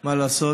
מה לעשות,